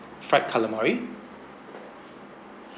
fried calamari